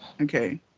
Okay